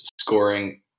scoring